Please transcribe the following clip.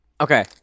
Okay